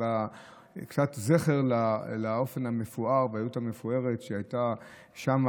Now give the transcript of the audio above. זכר לאופן המפואר והיהדות המפוארת שהייתה שם,